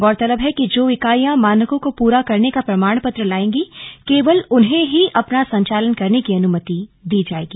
गौरतलब है कि जो इकाइयां मानकों को पूरा करने का प्रमाण पत्र लाएगी केवल उन्हें ही अपना संचालन करने की अनुमति दी जाएगी